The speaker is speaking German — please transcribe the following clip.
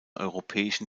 europäischen